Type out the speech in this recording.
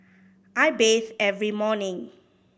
I bathe every morning